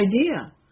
idea